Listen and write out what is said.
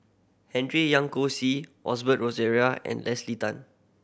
Henry Young See Osbert Rozario and Leslie Tan